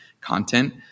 content